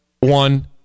one